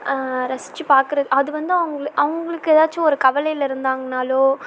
ரசிச்சு பார்க்குறது அது வந்து அவங்க அவங்களுக்கு ஏதாச்சும் ஒரு கவலையில் இருந்தாங்கன்னாலோ